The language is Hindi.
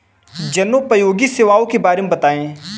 जनोपयोगी सेवाओं के बारे में बताएँ?